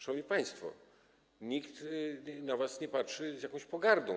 Szanowni państwo, nikt na was nie patrzy z pogardą.